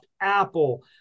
Apple